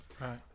Right